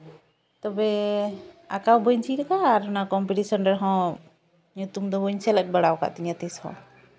ᱛᱚᱵᱮ ᱟᱸᱠᱟᱣ ᱵᱟᱹᱧ ᱪᱮᱫ ᱟᱠᱟᱫᱟ ᱟᱨ ᱚᱱᱟ ᱠᱚᱢᱯᱤᱴᱤᱥᱚᱱ ᱨᱮᱦᱚᱸ ᱧᱩᱛᱩᱢ ᱫᱚ ᱵᱟᱹᱧ ᱥᱮᱞᱮᱫ ᱵᱟᱲᱟ ᱟᱠᱟᱫ ᱛᱤᱧᱟᱹ ᱛᱤᱥ ᱦᱚᱸ